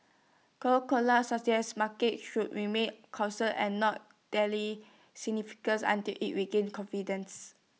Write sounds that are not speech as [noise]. Coca Cola suggested markets should remain cautious and not [unintelligible] until IT regains confidence